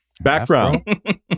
Background